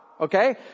Okay